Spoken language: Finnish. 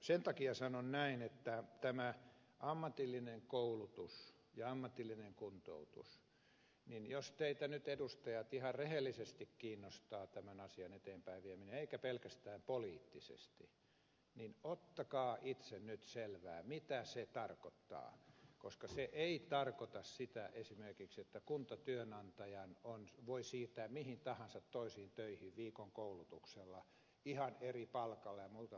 sen takia sanon näin tästä ammatillisesta koulutuksesta ja ammatillisesta kuntoutuksesta että jos teitä nyt edustajat ihan rehellisesti kiinnostaa tämän asian eteenpäin vieminen eikä pelkästään poliittisesti niin ottakaa itse nyt selvää mitä se tarkoittaa koska se ei tarkoita sitä esimerkiksi että kuntatyönantaja voi siirtää mihin tahansa toisiin töihin viikon koulutuksella ihan eri palkalla ja muuta vastaavaa